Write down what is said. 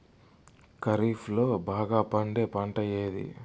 ఖరీఫ్ లో బాగా పండే పంట ఏది?